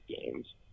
games